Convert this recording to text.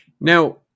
now